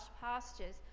pastures